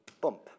Bump